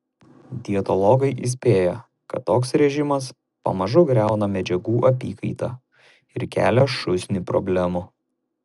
dietologai įspėja kad toks režimas pamažu griauna medžiagų apykaitą ir kelią šūsnį problemų